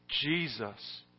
Jesus